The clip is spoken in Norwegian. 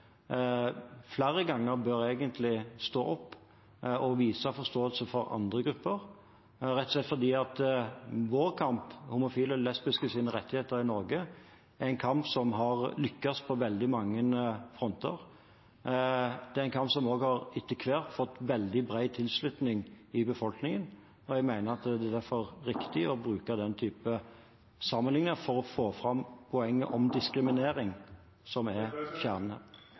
flere ganger bør stå opp og vise forståelse for andre grupper, rett og slett fordi vår kamp, homofile og lesbiskes rettigheter i Norge, er en kamp som har lyktes på veldig mange fronter. Det er en kamp som også etter hvert har fått veldig bred tilslutning i befolkningen, og jeg mener at det derfor er riktig å bruke den typen sammenligninger for å få fram poenget om diskriminering, som er